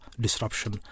disruption